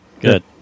Good